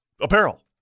apparel